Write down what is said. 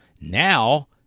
now